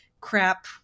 Crap